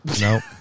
Nope